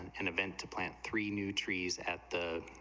an event to plant three new trees at the